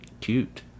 cute